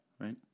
right